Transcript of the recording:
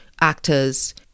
actors